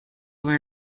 were